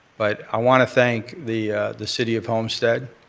but i want to thank the the city of homestead,